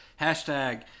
hashtag